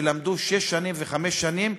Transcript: שלמדו שש שנים וחמש שנים.